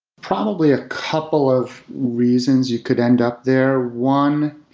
probably a couple of reasons you could end up there. one,